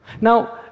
Now